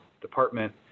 department